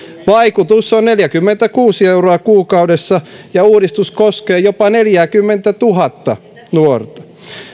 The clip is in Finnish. vaikutus on neljäkymmentäkuusi euroa kuukaudessa ja uudistus koskee jopa neljääkymmentätuhatta nuorta